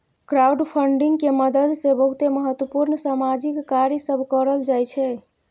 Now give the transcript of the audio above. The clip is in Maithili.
क्राउडफंडिंग के मदद से बहुते महत्वपूर्ण सामाजिक कार्य सब करल जाइ छइ